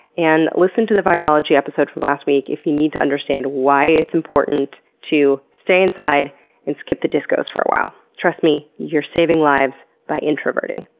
and listen to the virology episode from last week if you need to understand why it's important to stay inside and skip the discos for a while. trust me you're saving lives by introverting.